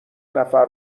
نفر